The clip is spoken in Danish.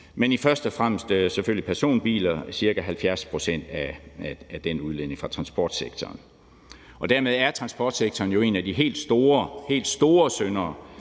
men først og fremmest selvfølgelig personbiler – ca. 70 pct. af udledningen fra transportsektoren. Dermed er transportsektoren en af de helt store syndere